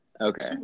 Okay